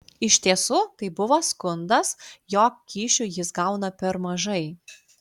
iš tiesų tai buvo skundas jog kyšių jis gauna per mažai